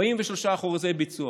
43% ביצוע